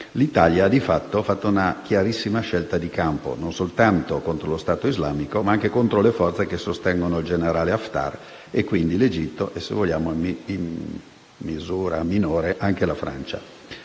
l'Italia ha fatto una chiarissima scelta di campo non soltanto contro lo Stato islamico, ma anche contro le forze che sostengono il generale Haftar e quindi l'Egitto e, se vogliamo, in misura minore anche la Francia.